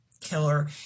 killer